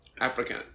African